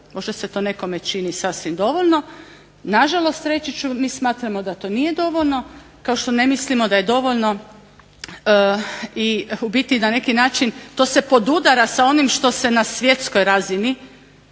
Možda se to nekome čini sasvim dovoljno. Na žalost, reći ću mi smatramo da to nije dovoljno kao ne mislimo da je dovoljno i u biti na neki način to se podudara sa onim što se na svjetskoj razini